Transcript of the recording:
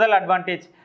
advantage